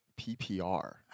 PPR